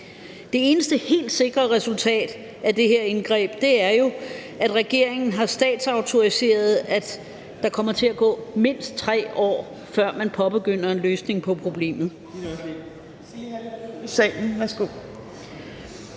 Det eneste helt sikre resultat af det her indgreb er jo, at regeringen har statsautoriseret, at der kommer til at gå mindst 3 år, før man påbegynder en løsning på problemet